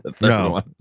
No